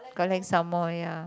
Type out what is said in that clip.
collect some more ya